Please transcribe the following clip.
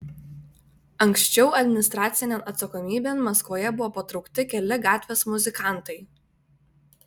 anksčiau administracinėn atsakomybėn maskvoje buvo patraukti keli gatvės muzikantai